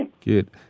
Good